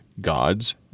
God's